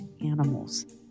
animals